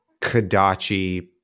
Kadachi